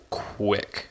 quick